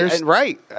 Right